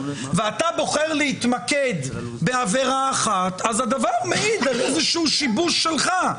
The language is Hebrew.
ואתה בוחר להתמקד בעבירה אחת אז הדבר מעיד על שיבוש שלך,